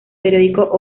periódico